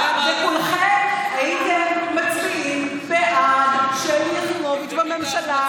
כולכם הייתם מצביעים בעד שלי יחימוביץ' בממשלה,